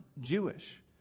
Jewish